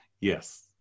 Yes